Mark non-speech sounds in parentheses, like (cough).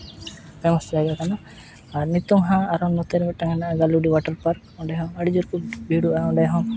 (unintelligible) ᱟᱨ ᱱᱤᱛᱚᱜ ᱦᱟᱸᱜ ᱟᱨ ᱱᱚᱛᱮ ᱨᱮ ᱢᱤᱫᱴᱟᱝ ᱦᱮᱱᱟᱜᱼᱟ ᱜᱟᱹᱞᱩᱰᱤ ᱚᱣᱟᱴᱟᱨ ᱯᱟᱨᱠ ᱚᱸᱰᱮ ᱦᱚᱸ ᱟᱹᱰᱤ ᱡᱳᱨ ᱠᱚ ᱵᱷᱤᱲᱚᱜᱼᱟ ᱚᱸᱰᱮ ᱦᱚᱸ